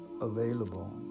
available